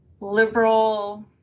liberal